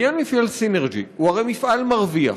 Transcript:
בעניין מפעל סינרג'י: הוא הרי מפעל מרוויח,